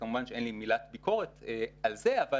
וכמובן שאין לי מילת ביקורת על זה אבל